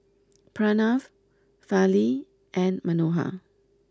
Pranav Fali and Manohar